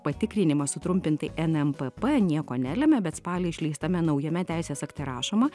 patikrinimas sutrumpintai nmpp nieko nelemia bet spalį išleistame naujame teisės akte rašoma